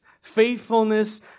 faithfulness